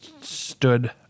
stood